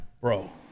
Bro